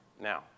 Now